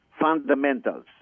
fundamentals